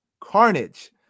Carnage